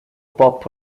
pop